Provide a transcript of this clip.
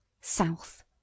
South